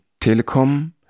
Telekom